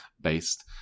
based